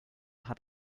hat